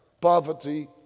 Poverty